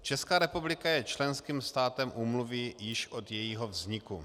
Česká republika je členským státem úmluvy už od jejího vzniku.